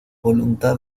voluntad